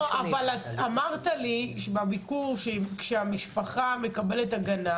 לא, אבל אמרת לי בביקור, שהמשפחה מקבלת הגנה